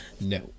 No